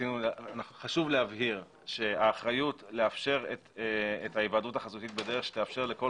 חשוב להבהיר שהאחריות לאפשר את ההיוועדות החזותית בדרך שתאפשר לכל